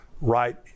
right